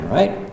right